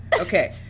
Okay